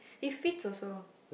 it fits also